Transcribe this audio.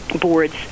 boards